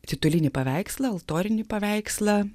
titulinį paveikslą altorinį paveikslą